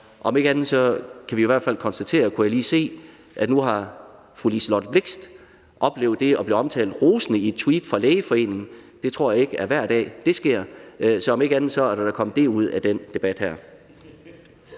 Om ikke andet kan vi i hvert fald konstatere, kunne jeg lige se, at fru Liselott Blixt nu har oplevet det at blive omtalt rosende i et tweet fra Lægeforeningen. Det tror jeg ikke sker hver dag, så om ikke andet er der da kommet det ud af den her